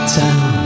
town